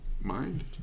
mind